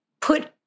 put